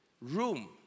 room